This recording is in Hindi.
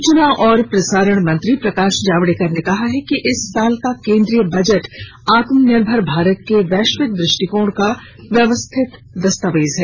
सूचना और प्रसारण मंत्री प्रकाश जावड़ेकर ने कहा है कि इस साल का केन्द्रीय बजट आत्मनिर्भर भारत के वैश्विक दृष्टिकोण का व्यवस्थित दस्तावेज है